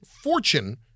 fortune